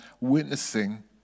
witnessing